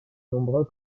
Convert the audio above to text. nombreux